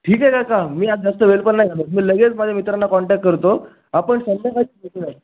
ठीक आहे काका मी आज जास्त वेळ पण नाही घालवत मी लगेच माझ्या मित्रांना काँटॅक करतो आपण संध्याकाळी भेटूया